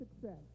success